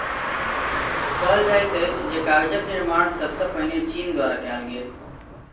कहल जाइत अछि जे कागजक निर्माण सब सॅ पहिने चीन द्वारा कयल गेल